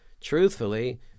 truthfully